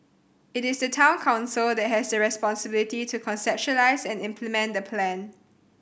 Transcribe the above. it is the Town Council that has the responsibility to conceptualise and implement the plan